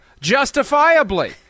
justifiably